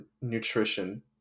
nutrition